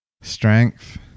strength